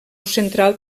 central